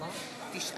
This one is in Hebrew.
על